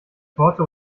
torte